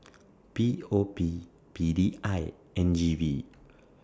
P O P P D I and G V